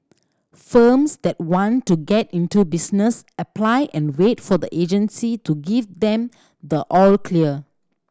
firms that want to get into business apply and wait for the agency to give them the all clear